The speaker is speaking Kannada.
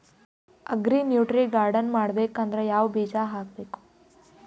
ಅಗ್ರಿ ನ್ಯೂಟ್ರಿ ಗಾರ್ಡನ್ ಮಾಡಬೇಕಂದ್ರ ಯಾವ ಬೀಜ ಹಾಕಬೇಕು?